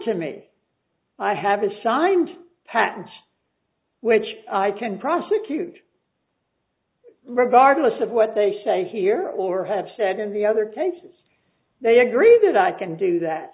to me i have a signed patent which i can prosecute regardless of what they say here or have said in the other pages they agreed that i can do that